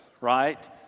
right